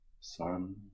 sun